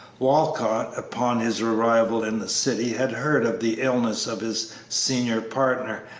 walcott, upon his arrival in the city, had heard of the illness of his senior partner,